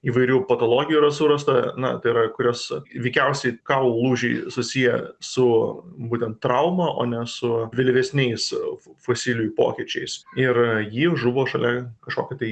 įvairių patologijų yra surasta na tai yra kurios veikiausiai kaulų lūžiai susiję su būtent trauma o ne su vėlyvesniais fosilijų pokyčiais ir ji žuvo šalia kažkokio tai